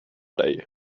dig